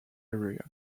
area